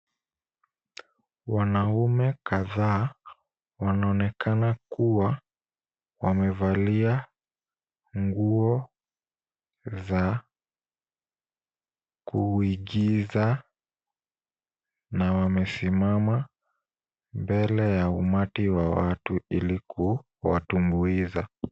Wanaume kadhaa wanaonekana kuwa wamevalia nguo za kuigiza na wamesimama mbele ya ummati wa watu ili kuwatumbuiza.